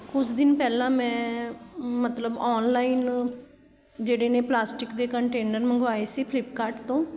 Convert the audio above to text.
ਕੁਛ ਦਿਨ ਪਹਿਲਾਂ ਮੈਂ ਮਤਲਬ ਔਨਲਾਈਨ ਜਿਹੜੇ ਨੇ ਪਲਾਸਟਿਕ ਦੇ ਕੰਟੇਨਰ ਮੰਗਵਾਏ ਸੀ ਫਲਿੱਪਕਾਰਟ ਤੋਂ